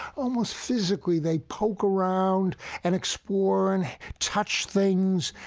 almost physically they poke around and explore and touch things.